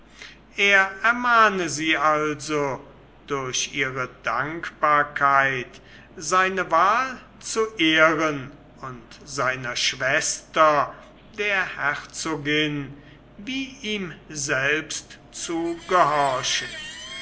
er ermahne sie also durch ihre dankbarkeit seine wahl zu ehren und seiner schwester der herzogin wie ihm selbst zu gehorchen